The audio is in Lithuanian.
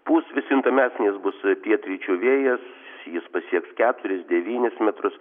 pūs vis juntamesnis bus pietryčių vėjas jis pasieks keturis devynis metrus